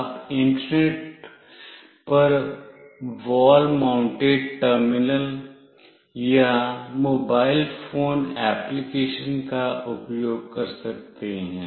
आप इंटरनेट पर wall mounted terminal या मोबाइल फोन एप्लिकेशन का उपयोग कर सकते हैं